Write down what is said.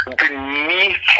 beneath